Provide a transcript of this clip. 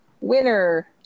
winner